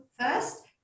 first